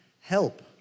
help